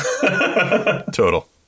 Total